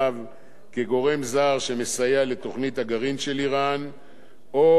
כגורם זר שמסייע לתוכנית הגרעין של אירן או מהכוונה